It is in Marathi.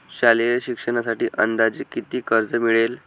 शालेय शिक्षणासाठी अंदाजे किती कर्ज मिळेल?